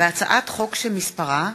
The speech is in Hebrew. בצלאל סמוטריץ,